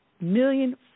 million